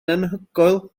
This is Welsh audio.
anhygoel